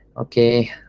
okay